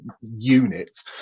units